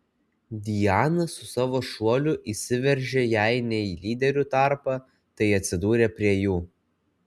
diana su savo šuoliu įsiveržė jei ne į lyderių tarpą tai atsidūrė prie jų